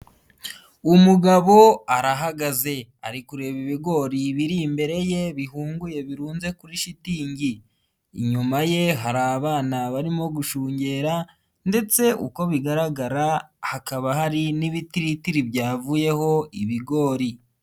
Umugabo arahagaze ari kureba ibigori biri imbere ye bihunguye birunze kuri shitingi. Inyuma ye hari abana barimo gushungera ndetse uko bigaragara hakaba hari n'ibitiritiri byavuyeho ibigori.